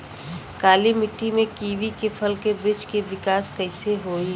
काली मिट्टी में कीवी के फल के बृछ के विकास कइसे होई?